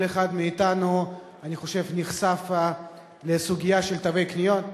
אני חושב שכל אחד מאתנו נחשף לסוגיה של תווי הקנייה,